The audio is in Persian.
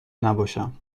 نباشم